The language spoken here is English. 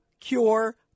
cure